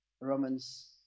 Romans